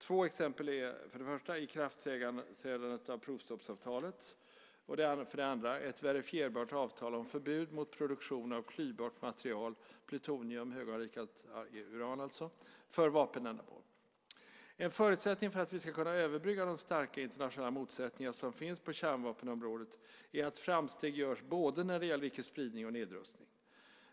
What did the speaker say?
Två exempel är 1. ikraftträdandet av provstoppsavtalet och 2. ett verifierbart avtal om förbud mot produktion av klyvbart material, alltså plutonium, höganrikat uran, för vapenändamål. En förutsättning för att vi ska kunna överbrygga de starka internationella motsättningar som finns på kärnvapenområdet är att framsteg görs när det gäller både icke-spridning och nedrustning.